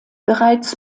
bereits